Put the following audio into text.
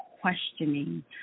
questioning